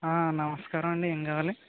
ఆ నమస్కారమండి ఏం కావాలి